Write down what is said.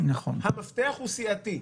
המפתח הוא סיעתי.